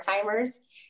timers